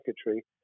secretary